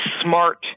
SMART